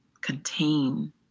contain